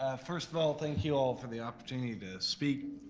ah first of all thank you all for the opportunity to speak.